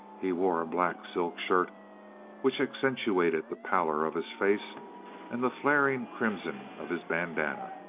he wore a black silk shirt which accentuated the pallor of his face and the flaring crimson of his bandanna.